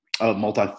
multi